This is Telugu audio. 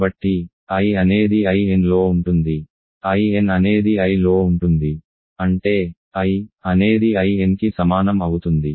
కాబట్టి I అనేది Inలో ఉంటుంది In అనేది Iలో ఉంటుంది అంటే I అనేది In కి సమానం అవుతుంది